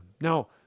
Now